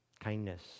kindness